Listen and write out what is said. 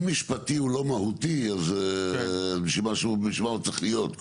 אם משפטי הוא לא מהותי אז בשביל מה הוא צריך להיות?